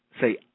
Say